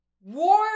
war